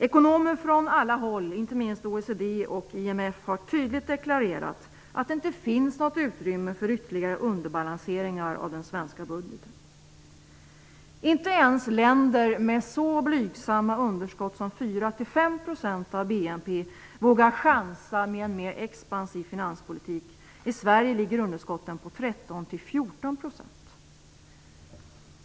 Ekonomer från alla håll, inte minst OECD och IMF, har tydligt deklarerat att det inte finns något utrymme för ytterligare underbalanseringar av den svenska budgeten. Inte ens länder med så blygsamma underskott som 4--5 % av BNP vågar chansa med en mer expansiv finanspolitik. I Sverige ligger underskottet på 13-- 14 %!